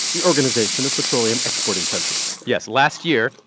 the organization of petroleum exporting countries yes. last year,